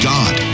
God